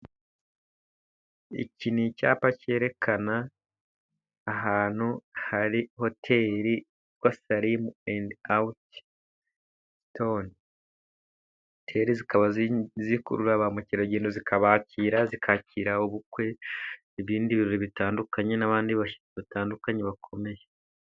Iki ni icyapa cyerekana ahantu hari hoteri ositarimu andi awuti sitore. Hoteri zikaba zikurura ba mukeragendo zikabakira, zikakira ubukwe, n'ibindi birori bitandukanye, n'abandi batandukanye bakomeye.